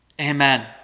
Amen